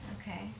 Okay